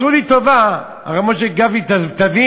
עשו לי טובה, הרי, משה גפני, תבין,